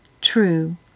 True